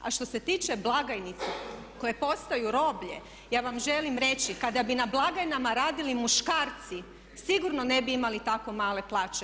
A što se tiče blagajnica koje postaju roblje, ja vam želim reći kada bi na blagajnama radili muškarci sigurno ne bi imali tako male plaće.